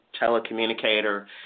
telecommunicator